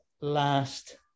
last